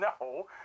No